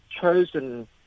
chosen